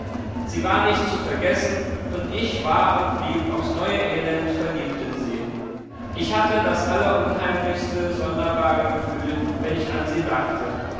sie war nicht zu vergessen und ich war und blieb aufs neue elend verliebt in sie ich hatte das allerunheimlichste sonderbarste gefühl wenn ich an sie dachte